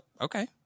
okay